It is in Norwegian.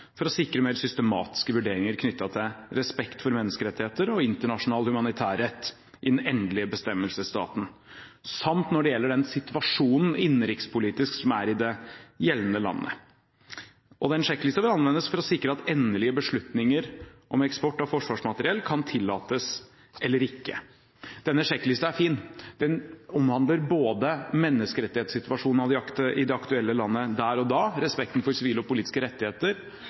for å sikre mer systematiske vurderinger knyttet til respekt for menneskerettigheter og internasjonal humanitærrett i den endelige bestemmelsesstaten, samt den innenrikspolitiske situasjonen i det gjeldende landet. Den sjekklisten bør anvendes for å sikre at endelige beslutninger om eksport av forsvarsmateriell kan tillates eller ikke. Denne sjekklisten er fin, den omhandler både menneskerettssituasjonen i det aktuelle landet der og da, respekten for sivile og politiske rettigheter,